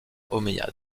omeyyade